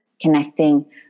Connecting